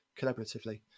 collaboratively